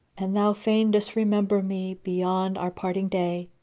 an thou fain disremember me beyond our parting day,